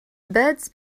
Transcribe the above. beds